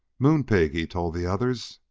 moon-pig! he told the others.